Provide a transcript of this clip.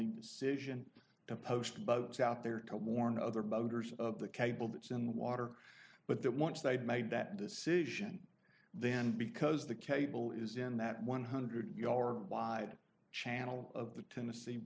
the decision to post boats out there to warn other boaters of the cable that's in water but that once they'd made that decision then because the cable is in that one hundred yard wide channel of the tennessee